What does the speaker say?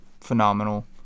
phenomenal